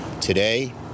Today